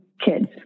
kids